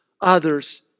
others